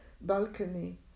balcony